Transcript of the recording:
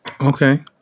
Okay